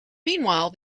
meanwhile